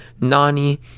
Nani